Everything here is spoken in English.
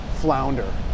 flounder